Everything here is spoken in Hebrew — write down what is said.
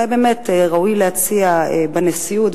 ואולי באמת ראוי להציע בנשיאות,